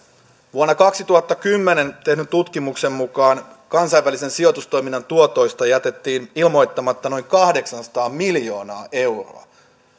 vuonna kaksituhattakymmenen tehdyn tutkimuksen mukaan kansainvälisen sijoitustoiminnan tuotoista jätettiin ilmoittamatta noin kahdeksansataa miljoonaa euroa